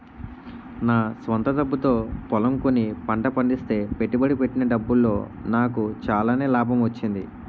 నా స్వంత డబ్బుతో పొలం కొని పంట పండిస్తే పెట్టుబడి పెట్టిన డబ్బులో నాకు చాలానే లాభం వచ్చింది